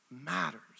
matters